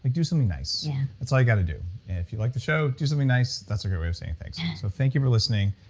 like do something nice yeah that's all you got to do. and if you like the show, do something nice, that's a great way of saying thanks. so thank you for listening,